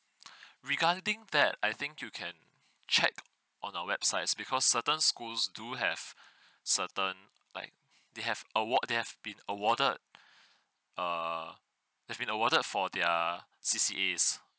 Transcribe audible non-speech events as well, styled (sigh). (breath) regarding that I think you can check on our website is because certain schools do have certain like they have award they have been awarded err they've been awarded for their C_C_As